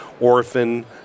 orphan